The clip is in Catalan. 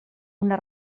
una